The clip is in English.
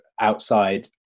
outside